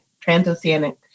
transoceanic